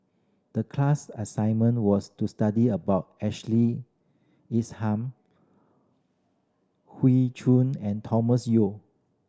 the class assignment was to study about Ashley Isham Choon and Thomas Yeo